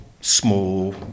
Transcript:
small